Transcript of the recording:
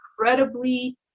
incredibly